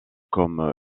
comme